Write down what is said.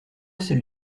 celle